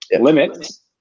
limits